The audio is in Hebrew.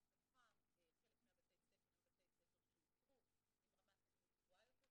מתוכם חלק מבתי הספר הם בתי ספר שאותרו עם רמת אלימות גבוהה יותר,